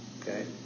okay